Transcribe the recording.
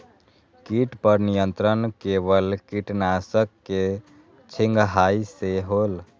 किट पर नियंत्रण केवल किटनाशक के छिंगहाई से होल?